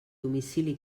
domicili